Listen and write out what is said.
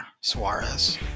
Suarez